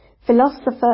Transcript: Philosopher